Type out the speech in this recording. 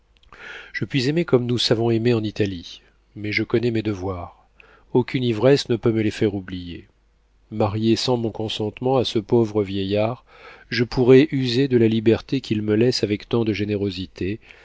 je puis aimer comme nous savons aimer en italie mais je connais mes devoirs aucune ivresse ne peut me les faire oublier mariée sans mon consentement à ce pauvre vieillard je pourrais user de la liberté qu'il me laisse avec tant de générosité